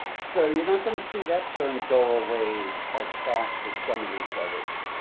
so you're not going to see that term go away as fast as some of these others.